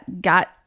got